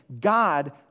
God